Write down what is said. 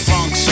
Funk